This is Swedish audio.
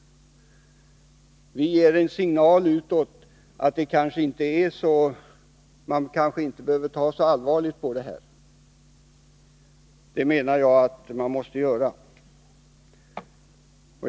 Vi ger en signal som kan uppfattas som att man inte behöver ta så allvarligt på det här. Men det menar jag att man måste göra.